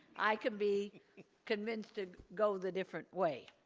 i can be convinced to go the different way.